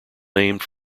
named